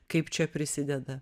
kaip čia prisideda